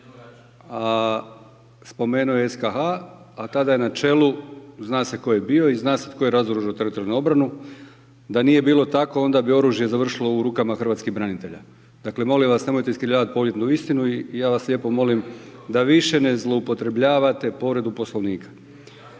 A spomenuo je SKH-a, a tada je na čelu zna se tko je bio i zna se tko je razoružao Teritorijalnu obranu. Da nije bilo tako onda bi oružje završilo u rukama hrvatskih branitelja. Dakle, molim vas, nemojte iskrivljavati povijesnu istinu i ja vas lijepo molim da više ne zloupotrebljavate povredu Poslovnika.